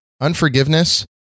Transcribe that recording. unforgiveness